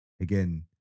again